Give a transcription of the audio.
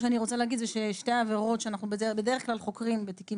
שתי העבירות שאנחנו בדרך כלל חוקרים בתיקים